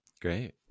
great